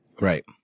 Right